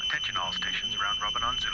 you know rounrobin on zu.